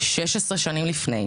16 שנים לפני,